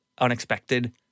unexpected